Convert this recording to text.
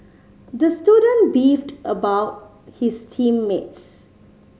the student beefed about his team mates